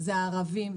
זה ערבים,